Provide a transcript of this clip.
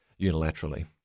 unilaterally